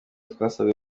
twasabwe